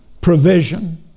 provision